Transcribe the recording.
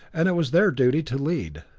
and it was their duty to lead.